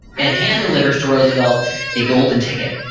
and hand-delivers to roosevelt a golden ticket.